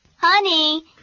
Honey